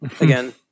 again